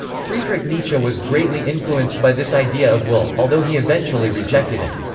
friedrich nietzsche was greatly influenced by this idea of will, although he eventually rejected it.